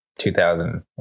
2000